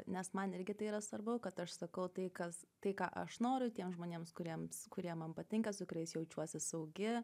nes man irgi tai yra svarbu kad aš sakau tai kas tai ką aš noriu tiems žmonėms kuriems kurie man patinka su kuriais jaučiuosi saugi